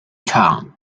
town